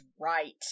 right